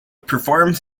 performs